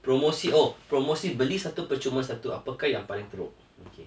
promosi oh promosi beli satu percuma satu apakah yang paling teruk okay